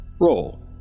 roll